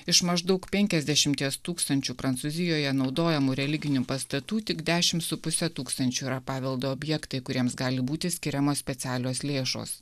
iš maždaug penkiasdešimties tūkstančių prancūzijoje naudojamų religinių pastatų tik dešim su puse tūkstančių yra paveldo objektai kuriems gali būti skiriamos specialios lėšos